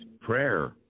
prayer